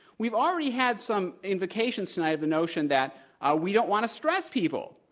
we've already had some indications tonight of the notion that we don't want to stress people.